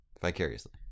vicariously